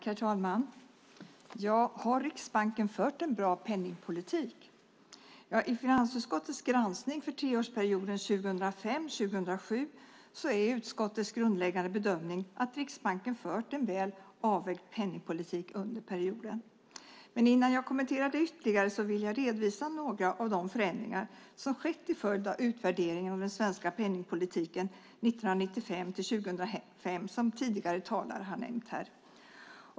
Herr talman! Har Riksbanken fört en bra penningpolitik? Ja, i finansutskottets granskning för treårsperioden 2005-2007 är utskottets grundläggande bedömning att Riksbanken fört en väl avvägd penningpolitik under perioden. Men innan jag kommenterar det ytterligare vill jag redovisa några av de förändringar som skett till följd av utvärderingen av den svenska penningpolitiken 1995-2005 som tidigare talare har nämnt här.